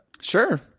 Sure